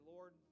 Lord